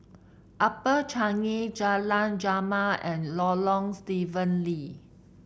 Upper Changi Jalan Jamal and Lorong Stephen Lee